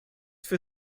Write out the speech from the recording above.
für